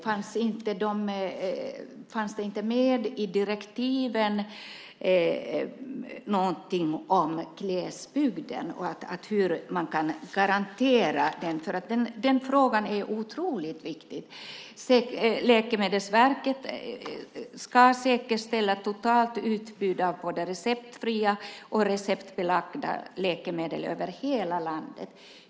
Fanns det inte med någonting i direktiven om garantier för glesbygden? Den frågan är otroligt viktig. Läkemedelsverket ska säkerställa ett totalt utbud av både receptfria och receptbelagda läkemedel över hela landet.